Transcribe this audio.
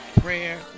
prayer